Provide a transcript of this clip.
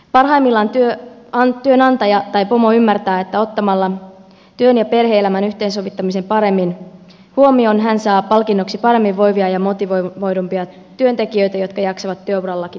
parhaimmillaan työnantaja tai pomo ymmärtää että ottamalla työn ja perheen yhteensovittamisen paremmin huomioon hän saa palkinnoksi paremmin voivia ja motivoidumpia työntekijöitä jotka jaksavat työurallakin pidempään